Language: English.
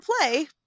play